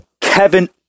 Kevin